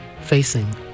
facing